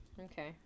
okay